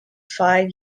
five